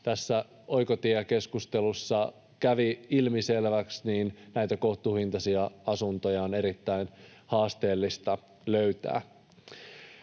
tässä Oikotie-keskustelussa kävi ilmiselväksi, näitä kohtuuhintaisia asuntoja on erittäin haasteellista löytää.